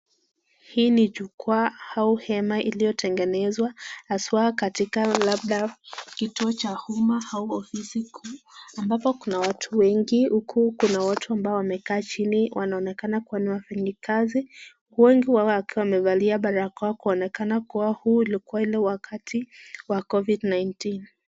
Hii ni chukuwa au hema iliyo tengenezwa aswaa katika labda kituo cha uma au ofisi kuu ambapo kuna watu wengi huku kuna watu ambao wamekaa jini wanaonekana kuwa wafanya kazi, wengi wao wakiwa wamefalia parakoa kuonekana kuwa huu ni ule wakati wa covid-19.